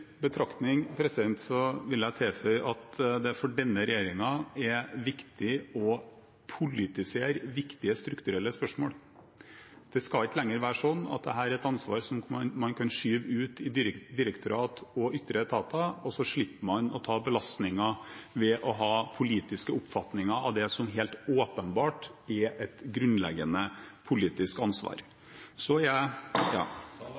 betraktning vil jeg tilføye at det for denne regjeringen er viktig å politisere viktige strukturelle spørsmål. Det skal ikke lenger være slik at dette er et ansvar som man kan skyve ut i direktorater og ytre etater, og så slipper man å ta belastningen ved å ha politiske oppfatninger om det som åpenbart er et helt grunnleggende politisk ansvar.